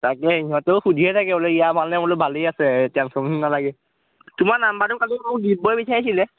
তাকে সিহঁতেও সুধিয়ে থাকে বোলে ইয়াৰ ভালনে বোলো ভালেই আছে টেনচন ল'ব নালাগে তোমাৰ নাম্বাৰটো কালি দিব্বই বিচাৰিছিলে